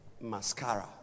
mascara